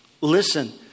Listen